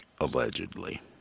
Allegedly